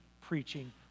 preaching